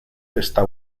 esta